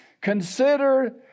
Consider